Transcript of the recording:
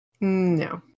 No